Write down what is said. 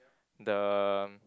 the